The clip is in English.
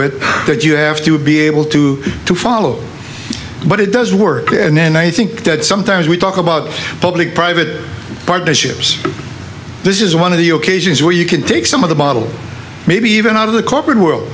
that you have to be able to to follow but it does work and then i think that sometimes we talk about public private partnerships this is one of the yoke asians where you can take some of the model maybe even out of the corporate world